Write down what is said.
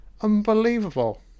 Unbelievable